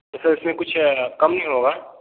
तो सर इसमें कुछ कम नहीं होगा